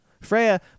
Freya